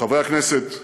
חברי הכנסת,